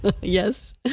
Yes